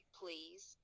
please